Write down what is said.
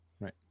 Right